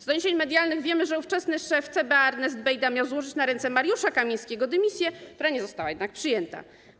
Z doniesień medialnych wiemy, że ówczesny szef CBA Ernest Bejda miał złożyć na ręce Mariusza Kamińskiego dymisję, która nie została jednak przyjęta.